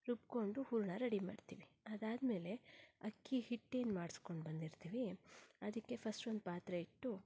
ರುಬ್ಕೊಂಡು ಹೂರಣ ರೆಡಿ ಮಾಡ್ತೀವಿ ಅದಾದ್ಮೇಲೆ ಅಕ್ಕಿ ಹಿಟ್ಟೇನು ಮಾಡ್ಸ್ಕೊಂಡು ಬಂದಿರ್ತೀವಿ ಅದಕ್ಕೆ ಫಸ್ಟ್ ಒಂದು ಪಾತ್ರೆ ಇಟ್ಟು